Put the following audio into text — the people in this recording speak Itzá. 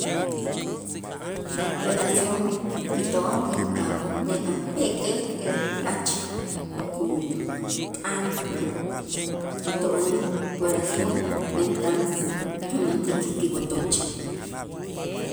Ti oración y to'on a' pek'ej jach kut'an kito'on oraciónn men tan ku- kumentik kiwotoch.